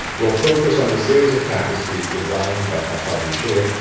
will focus on the series of tapestries designed by francois boucher,